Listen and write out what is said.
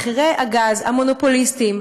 מחירי הגז המונופוליסטיים,